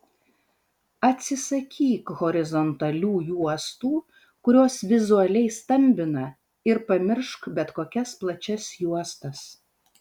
atsisakyk horizontalių juostų kurios vizualiai stambina ir pamiršk bet kokias plačias juostas